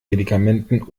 medikamenten